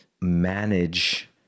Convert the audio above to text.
manage